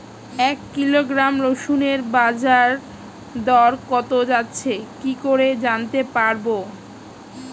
এক কিলোগ্রাম রসুনের বাজার দর কত যাচ্ছে কি করে জানতে পারবো?